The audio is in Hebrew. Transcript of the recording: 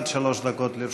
עד שלוש דקות לרשותך.